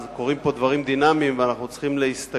אז קורים פה דברים דינמיים ואנחנו צריכים להסתגל